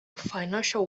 financial